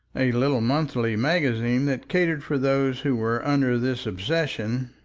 a little monthly magazine that catered for those who were under this obsession,